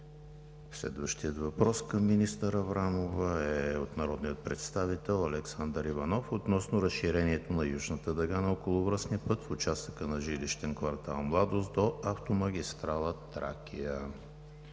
Следващият въпрос към министър Аврамова е от народния представител Александър Иванов относно разширението на Южната дъга на Околовръстния път в участъка на жилищен квартал „Младост“ до автомагистрала „Тракия“.